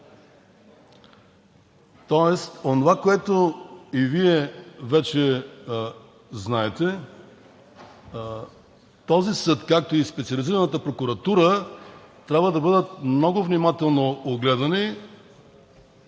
Тоест онова, което и Вие вече знаете този съд, както и Специализираната прокуратура трябва да бъдат много внимателно огледани